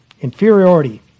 inferiority